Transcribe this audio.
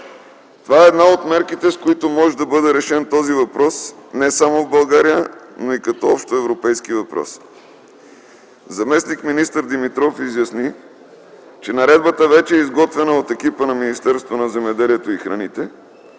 Това е една от мерките, с които може да бъде решен този въпрос не само в България, но и като общоевропейски въпрос. Заместник-министър Димитров изясни, че наредбата вече е изготвена от екипа на Министерството на земеделието и храните